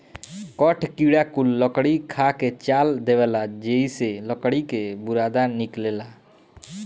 कठ किड़ा कुल लकड़ी खा के चाल देवेला जेइसे लकड़ी के बुरादा निकलेला